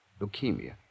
Leukemia